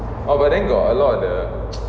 oh but then got a lot of the